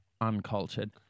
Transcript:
uncultured